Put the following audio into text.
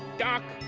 duck,